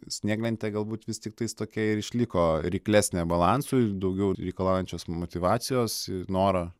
snieglentė galbūt vis tiktai tokia ir išliko reiklesnė balansui daugiau reikalaujančios motyvacijos noro